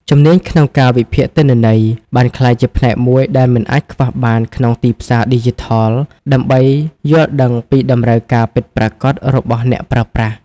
ជំនាញក្នុងការវិភាគទិន្នន័យ បានក្លាយជាផ្នែកមួយដែលមិនអាចខ្វះបានក្នុងទីផ្សារឌីជីថល ដើម្បីយល់ដឹងពីតម្រូវការពិតប្រាកដរបស់អ្នកប្រើប្រាស់។